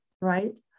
right